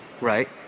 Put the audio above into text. right